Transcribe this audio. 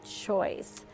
choice